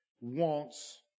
wants